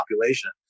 population